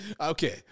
okay